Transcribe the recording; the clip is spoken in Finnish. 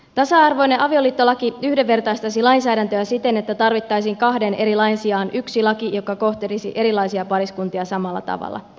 tasa arvoinen avioliittolaki yhdenvertaistaisi lainsäädäntöä siten että tarvittaisiin kahden eri lain sijaan yksi laki joka kohtelisi erilaisia pariskuntia samalla tavalla